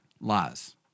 lies